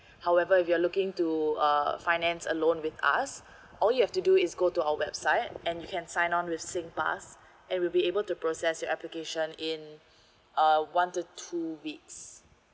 however if you're looking to uh finance a loan with us all you have to do is go to our website and you can sign on with singpass and we'll be able to process application in uh one to two weeks